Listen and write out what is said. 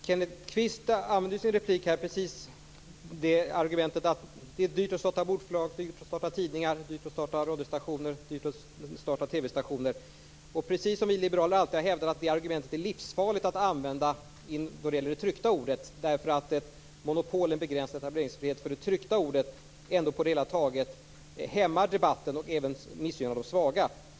Fru talman! Kenneth Kvist använde i repliken det argumentet att det är dyrt att starta bokförlag, tidningar, radio och TV-stationer. Precis som vi liberaler alltid har hävdat är det argumentet livsfarligt att använda då det gäller det tryckta ordet därför att monopolen begränsar etableringsfrihet för det tryckta ordet och på det hela taget hämmar debatten och även missgynnar de svaga.